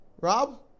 Rob